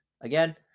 again